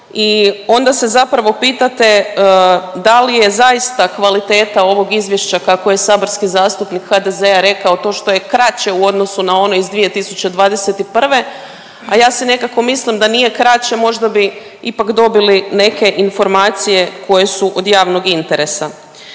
i onda se zapravo pitate da li je zaista kvaliteta ovog izvješća kako je saborski zastupnik HDZ-a rekao to što je kraće u odnosu na ono iz 2021., a ja se nekako mislim da nije kraće možda bi ipak dobili neke informacije koje su od javnog interesa.